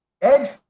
edge